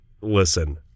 listen